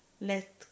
let